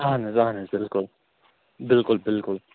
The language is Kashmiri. اَہَن حظ اَہَن حظ بِلکُل بِلکُل بِلکُل